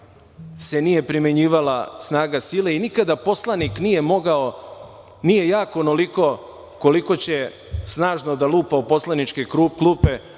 se nije primenjivala snaga sile i nikada poslanik nije mogao, nije jak onoliko koliko će snažno da lupa o poslaničke klupe,